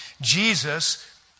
Jesus